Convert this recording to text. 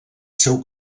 seu